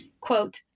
Quote